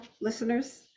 listeners